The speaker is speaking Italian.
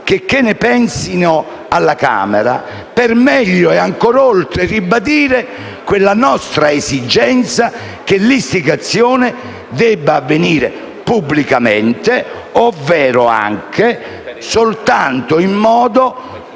checché ne pensino alla Camera - per meglio e ancor oltre ribadire la nostra esigenza che l'istigazione debba avvenire pubblicamente, ovvero anche soltanto in modo